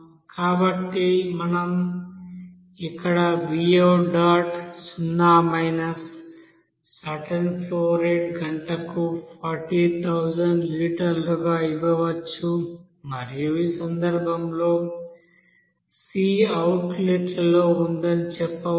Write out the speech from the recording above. కాబట్టి మనం ఇక్కడ సున్నా సర్టెన్ ఫ్లో రేటు గంటకు 40000 లీటర్లుగా ఇవ్వవచ్చు మరియు ఈ సందర్భంలో c అవుట్లెట్ లో ఉందని చెప్పవచ్చు